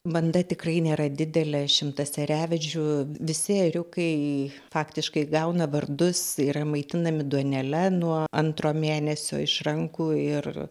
banda tikrai nėra didelė šimtas eriavedžių visi ėriukai faktiškai gauna vardus yra maitinami duonele nuo antro mėnesio iš rankų ir